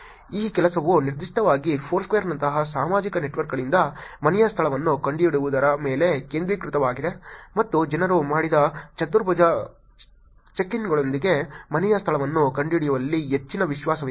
ಈ ಕೆಲಸವು ನಿರ್ದಿಷ್ಟವಾಗಿ ಫೋರ್ಸ್ಕ್ವೇರ್ನಂತಹ ಸಾಮಾಜಿಕ ನೆಟ್ವರ್ಕ್ಗಳಿಂದ ಮನೆಯ ಸ್ಥಳವನ್ನು ಕಂಡುಹಿಡಿಯುವುದರ ಮೇಲೆ ಕೇಂದ್ರೀಕೃತವಾಗಿದೆ ಮತ್ತು ಜನರು ಮಾಡಿದ ಚತುರ್ಭುಜ ಚೆಕ್ಇನ್ಗಳೊಂದಿಗೆ ಮನೆಯ ಸ್ಥಳವನ್ನು ಕಂಡುಹಿಡಿಯುವಲ್ಲಿ ಹೆಚ್ಚಿನ ವಿಶ್ವಾಸವಿತ್ತು